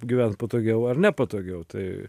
gyvent patogiau ar ne patogiau tai